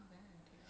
ya